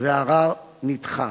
והערר נדחה.